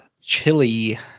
chili